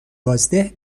بازده